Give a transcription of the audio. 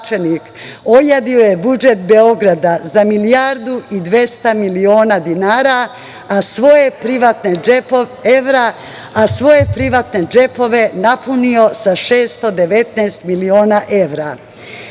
ojadio je budžet Beograda za milijardu i 200 miliona dinara, a svoje privatne džepove napunio sa 619 miliona evra.